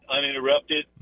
uninterrupted